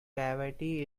cavity